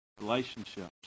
relationships